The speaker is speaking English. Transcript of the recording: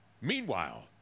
Meanwhile